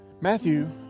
Matthew